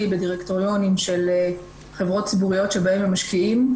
בדירקטוריונים של חברות ציבוריות שבהן הם משקיעים.